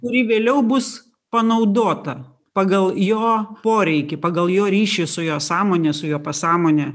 kuri vėliau bus panaudota pagal jo poreikį pagal jo ryšį su jo sąmone su jo pasąmone